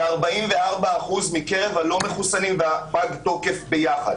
ו-44% מקרב הלא-מחוסנים ופגי התוקף ביחד.